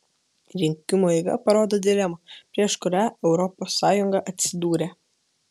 rinkimų eiga parodo dilemą prieš kurią europos sąjunga atsidūrė